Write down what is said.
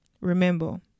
remember